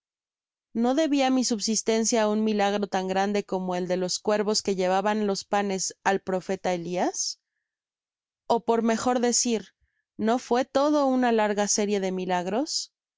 no debia mi subsistencia á un milagro tan grande como el de los cuervos que llevaban los panes al profeta elias o por mejor deair no fué todo una larga série de milagros